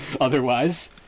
otherwise